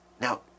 Now